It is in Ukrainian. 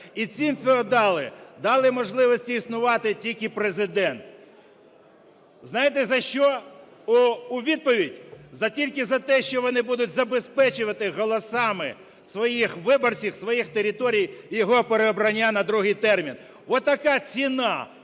дав можливості існувати тільки Президент. Знаєте за що? У відповідь тільки за те, що вони будуть забезпечувати голосами своїх виборців своїх територій його переобрання на другий термін. Отака ціна